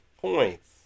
points